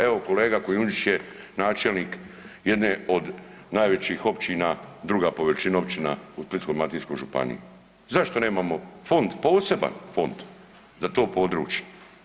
Evo kolega Kujundžić je načelnik jedne od najvećih općina, druga po veličini općina u Splitsko-dalmatinskoj županiji, zašto nemamo fond, poseban fond za to područje?